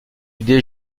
idée